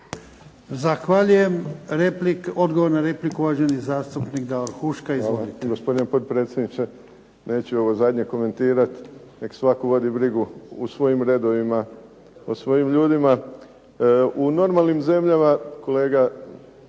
Ivan (HDZ)** Odgovor na repliku, uvaženi zastupnik Davor Huška.